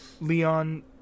Leon